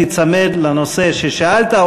תיצמד לנושא שעליו שאלת,